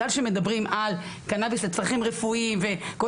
בגלל שמדברים על קנאביס לצרכים רפואיים וכל